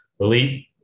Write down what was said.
elite